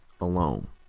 alone